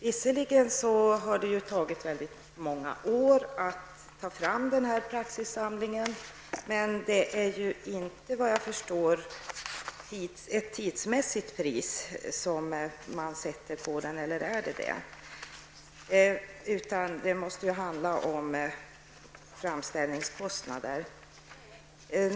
Visserligen har det tagit väldigt många år att ta fram denna praxissamling, men såvitt jag förstår är inte priset satt efter tidsåtgången -- eller är det så? -- utan det måste ju handla om framställningskostnader.